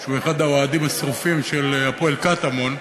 שהוא אחד האוהדים השרופים של "הפועל קטמון",